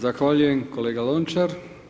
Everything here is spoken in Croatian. Zahvaljujem kolega Lončar.